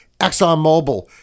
ExxonMobil